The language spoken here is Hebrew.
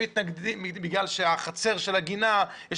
הם מתנגדים בגלל שבחצר של הגינה יש